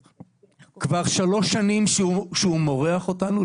כבר שלוש שנים שהוא 'מורח' אותנו,